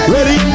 Ready